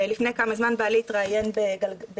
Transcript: לפני כמה זמן בעלי התראיין בגל"צ,